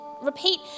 repeat